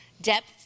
depth